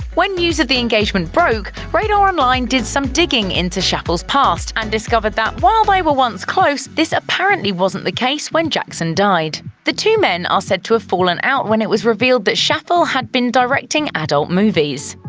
when news of the engagement broke, radaronline did some digging into schaffel's past and discovered that, while they were once close, this apparently wasn't the case when jackson died. the two men are said to have fallen out when it was revealed that schaffel had been directing adult movies.